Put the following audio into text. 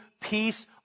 peace